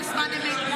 בזמן אמת,